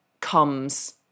comes